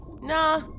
Nah